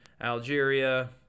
Algeria